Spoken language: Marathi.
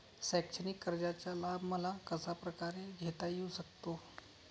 शैक्षणिक कर्जाचा लाभ मला कशाप्रकारे घेता येऊ शकतो?